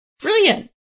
Brilliant